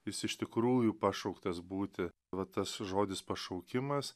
jis iš tikrųjų pašauktas būti va tas žodis pašaukimas